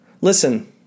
Listen